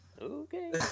Okay